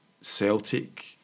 Celtic